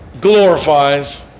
glorifies